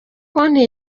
konti